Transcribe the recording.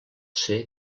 ser